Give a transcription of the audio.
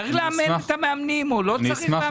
צריך לאמן את המאמנים או לא צריך לאמן אותם?